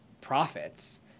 profits